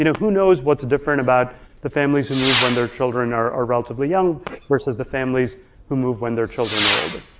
you know who knows what's different about the families who move when their children are are relatively young versus the families who move when their children are older.